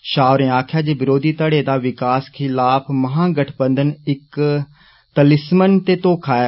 षाह होरें आक्खेआ जे विरोधी धड़े दा सरकार खिलाफ महा गठबंधन इक तलीसमन ते धोखा ऐ